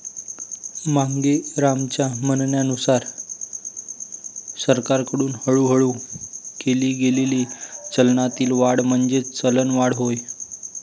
मांगेरामच्या म्हणण्यानुसार सरकारकडून हळूहळू केली गेलेली चलनातील वाढ म्हणजेच चलनवाढ होय